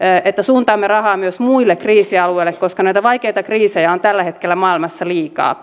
että suuntaamme rahaa myös muille kriisialueille koska näitä vaikeita kriisejä pitkittyviä kriisejä on tällä hetkellä maailmassa liikaa